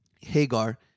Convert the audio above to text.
Hagar